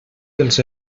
dels